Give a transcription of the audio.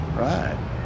Right